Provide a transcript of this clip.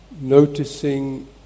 noticing